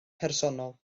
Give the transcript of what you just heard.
personol